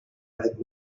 red